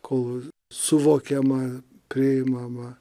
kol suvokiama priimama